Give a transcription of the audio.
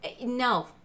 No